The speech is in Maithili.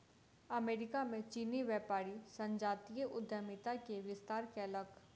अमेरिका में चीनी व्यापारी संजातीय उद्यमिता के विस्तार कयलक